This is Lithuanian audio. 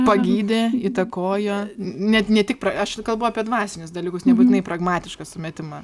pagydė įtakojo net ne tik aš kalbu apie dvasinius dalykus nebūtinai pragmatišką sumetimą